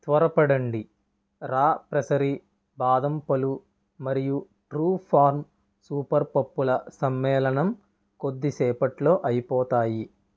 త్వరపడండి raw pressery బాదం పలు మరియు ట్రూ ఫార్మ్ సూపర్ పప్పుల సమ్మేళనం కొద్దిసేపట్లో అయిపోతాయి